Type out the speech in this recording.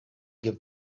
give